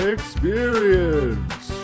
Experience